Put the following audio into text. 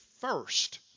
first